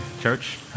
church